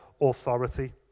authority